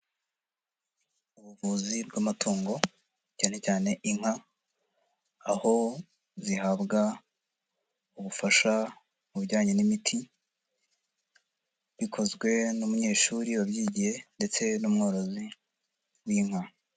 Ubuvuzi bw'amatungo cyane cyane inka aho zihabwa ubufasha mu bijyanye n'imiti, bikozwe n'umunyeshuri wabyigiye ndetse n'umworozi w'inka.